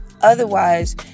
Otherwise